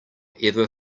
ever